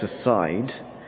aside